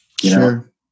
Sure